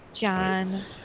John